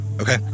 Okay